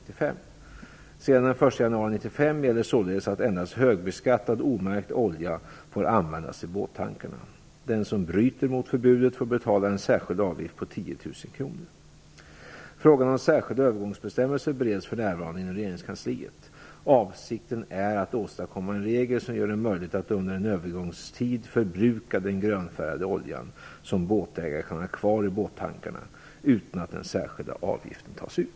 Sedan den 1 januari 1995 gäller således att endast högbeskattad, omärkt, olja får användas i båttankarna. Den som bryter mot förbudet får betala en särskild avgift på 10 000 kr. Frågan om särskilda övergångsbestämmelser bereds för närvarande inom regeringskansliet. Avsikten är att åstadkomma en regel som gör det möjligt att under en övergångstid förbruka den grönfärgade olja som båtägare kan ha kvar i båttankarna utan att den särskilda avgiften tas ut.